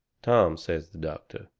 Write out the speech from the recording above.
tom, says the doctor,